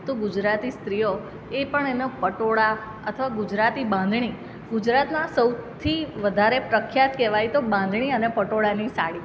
તો ગુજરાતી સ્ત્રીઓ એ પણ એના પટોળાં અથવા ગુજરાતી બાંધણી ગુજરાતનાં સૌથી વધારે પ્રખ્યાત કહેવાય તો બાંધણી અને પટોળાની સાડી